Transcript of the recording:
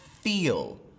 feel